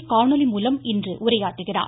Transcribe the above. பிரதமர் காணொலி மூலம் இன்று உரையாற்றுகிறார்